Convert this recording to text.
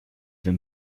him